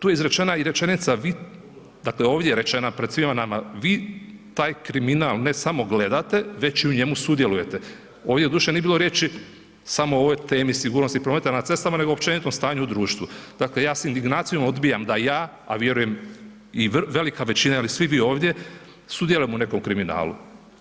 Tu je izrečena i rečenica vi, dakle ovdje je rečena pred svima nama, vi taj kriminal ne samo gledate, već i u njemu sudjelujete, ovdje doduše nije bilo riječi samo o ovoj temi sigurnosti prometa na cestama, nego općenito o stanju u društvu, dakle ja s indignacijom odbijam da ja, a vjerujem i velika većina ili svi vi ovdje, sudjelujemo u nekom kriminalu,